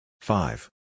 Five